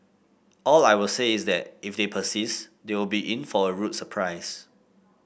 all I will say is that if they persist they will be in for a rude surprise